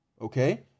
Okay